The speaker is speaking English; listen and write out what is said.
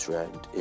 Round